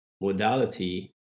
modality